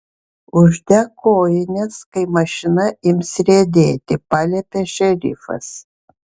uždek kojines kai mašina ims riedėti paliepė šerifas